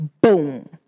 Boom